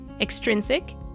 extrinsic